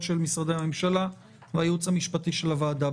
של משרדי הממשלה והייעוץ המשפטי של הוועדה.